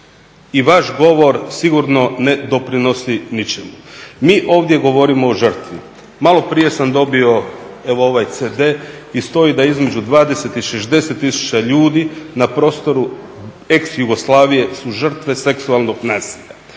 i vaš govor sigurno ne doprinosi ničemu. Mi ovdje govorimo o žrtvi, malo prije sam dobio evo ovaj CD i stoji da između 20 i 60 tisuća ljudi na prostoru ex Jugoslavije su žrtve seksualnog nasilja